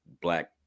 black